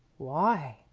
why?